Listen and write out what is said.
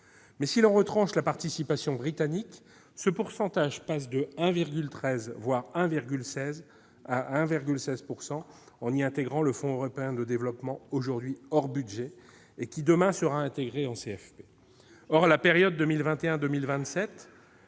mais si l'on retranche la participation britannique, ce pourcentage passe à 1,13 %, voire 1,16 % en y intégrant le fonds européen de développement qui aujourd'hui est hors budget et qui demain sera intégré au CFP. Or, pour la période 2021-2027,